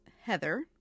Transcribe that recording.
Heather